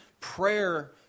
prayer